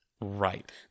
Right